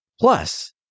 Plus